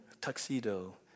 tuxedo